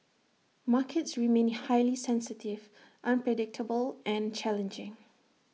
markets remain highly sensitive unpredictable and challenging